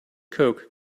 coke